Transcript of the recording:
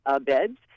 beds